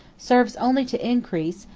serves only to increase,